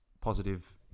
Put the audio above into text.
positive